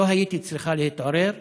לא הייתי צריכה להתעורר.